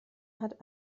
hat